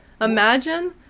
Imagine